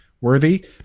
worthy